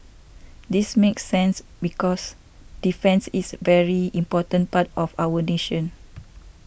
this makes sense because defence is a very important part of our nation